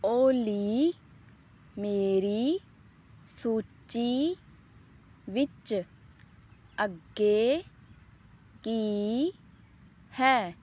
ਓਲੀ ਮੇਰੀ ਸੂਚੀ ਵਿੱਚ ਅੱਗੇ ਕੀ ਹੈ